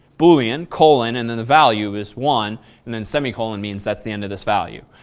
boolean, colon, and then the value is one and then semicolon means that's the end of this value.